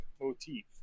motif